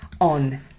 on